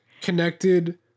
connected